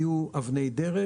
יהיו אבני דרך,